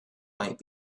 might